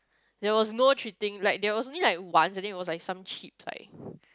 there was no cheating like there was only one and then it's was like some cheap price